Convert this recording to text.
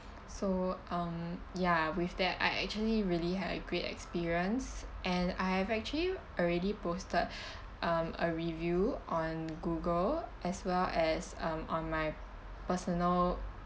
so um ya with that I actually really had a great experience and I have actually already posted um a review on google as well as um on my personal